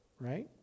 right